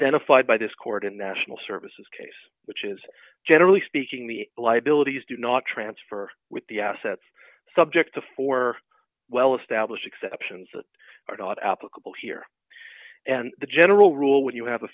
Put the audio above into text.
d by this court and national services case which is generally speaking the liabilities do not transfer with the assets subject to four well established exceptions that are not applicable here and the general rule when you have a